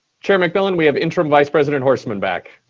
chair mcmillan, we have interim vice president horstman back.